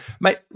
mate